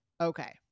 okay